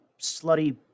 slutty